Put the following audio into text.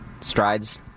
strides